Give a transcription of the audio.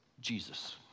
Jesus